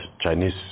Chinese